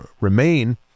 remain